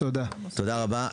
תודה רבה.